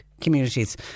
communities